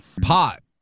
pot